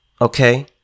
Okay